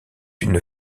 une